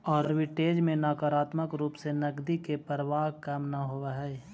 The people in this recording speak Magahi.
आर्बिट्रेज में नकारात्मक रूप से नकदी के प्रवाह कम न होवऽ हई